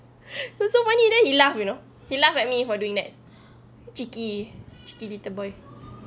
the so funny then he laugh you know he laughed at me for doing that cheeky cheeky little boy